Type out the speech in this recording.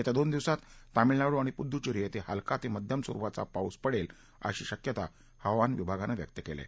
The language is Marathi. येत्या दोन दिवसात तामिळनाडू आणि पुदूच्चेरी क्वें हलका ते मध्यम स्वरूपाचा पाऊस पडेल अशी शक्यता विभागानं व्यक्त केली आहे